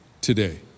today